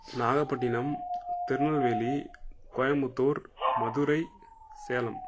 Nagapattinam Tirunelveli Coimbatore Madurai Salem